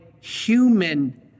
human